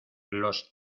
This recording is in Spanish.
los